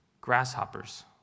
grasshoppers